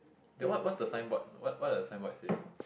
that what what's the sign board what what does the sign board say